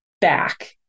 back